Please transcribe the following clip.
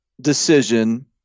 decision